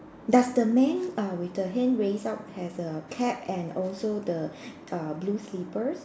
does the man err with the hand raised up has a cat and also the err blue slippers